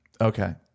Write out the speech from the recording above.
okay